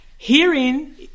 Herein